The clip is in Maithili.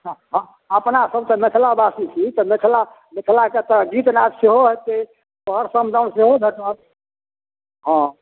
हँ हँ अपनासभ तऽ मिथिलावासी छी तऽ मिथिला मिथिलाके तऽ गीतनाद सेहो हेतै सोहर समदाउन सेहो भेटत हँ